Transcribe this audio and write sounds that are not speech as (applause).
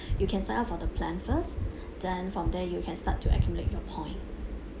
(breath) you can sign up for the plan first then from there you can start to accumulate your point